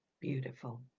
beautiful